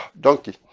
donkey